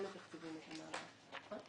כן מתקצבים את המעבר.